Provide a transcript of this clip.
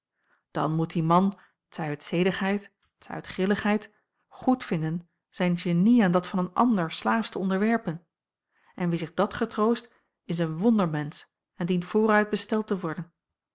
dan moet die man t zij uit zedigheid t zij uit grilligheid goedvinden zijn genie aan dat van een ander slaafsch te onderwerpen en wie zich dat getroost is een wondermensch en dient vooruit besteld te worden